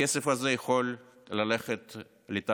הכסף הזה יכול ללכת לתעסוקה,